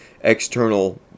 external